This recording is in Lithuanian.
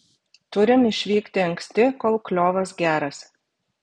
turim išvykti anksti kol kliovas geras